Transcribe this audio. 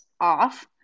off